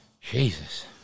Jesus